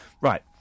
Right